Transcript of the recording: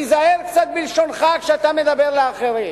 תיזהר קצת בלשונך כשאתה מדבר לאחרים.